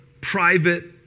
private